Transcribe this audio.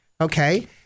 okay